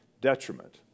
detriment